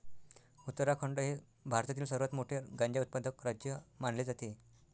उत्तराखंड हे भारतातील सर्वात मोठे गांजा उत्पादक राज्य मानले जाते